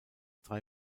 drei